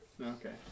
Okay